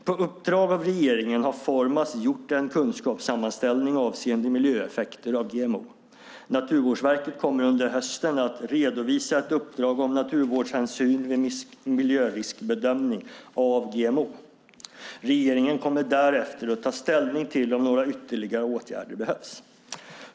På uppdrag av regeringen har Formas gjort en kunskapssammanställning avseende miljöeffekter av GMO. Naturvårdsverket kommer under hösten att redovisa ett uppdrag om naturvårdshänsyn vid miljöriskbedömning av GMO. Regeringen kommer därefter att ta ställning till om några ytterligare åtgärder behövs.